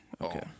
Okay